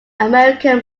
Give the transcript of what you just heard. american